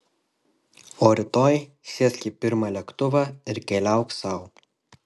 o rytoj sėsk į pirmą lėktuvą ir keliauk sau